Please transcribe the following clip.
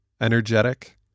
energetic